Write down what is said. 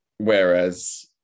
Whereas